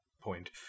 point